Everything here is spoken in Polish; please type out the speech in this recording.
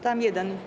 Tam jeden.